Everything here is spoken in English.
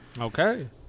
Okay